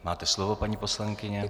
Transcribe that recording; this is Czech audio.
Máte slovo, paní poslankyně.